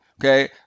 okay